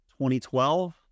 2012